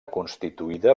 constituïda